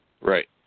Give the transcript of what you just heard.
Right